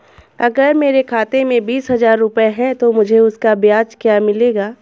अगर मेरे खाते में बीस हज़ार रुपये हैं तो मुझे उसका ब्याज क्या मिलेगा?